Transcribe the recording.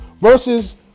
versus